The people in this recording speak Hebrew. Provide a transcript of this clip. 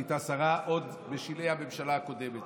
היא נהייתה שרה עוד בשלהי הממשלה הקודמת.